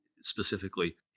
specifically